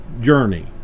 journey